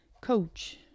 coach